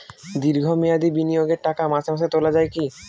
দীর্ঘ মেয়াদি বিনিয়োগের টাকা মাসে মাসে তোলা যায় কি?